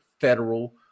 federal